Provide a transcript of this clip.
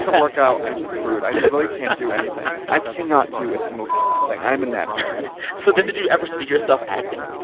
um work out, i'm screwed. i literally can't do anything. i cannot do a single thing. i am inept so then did you ever see yourself acting?